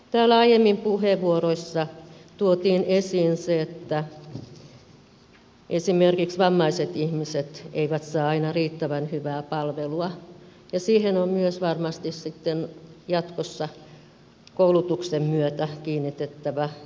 täällä aiemmin puheenvuoroissa tuotiin esiin se että esimerkiksi vammaiset ihmiset eivät saa aina riittävän hyvää palvelua ja siihen on myös varmasti sitten jatkossa koulutuksen myötä kiinnitettävä enemmän huomiota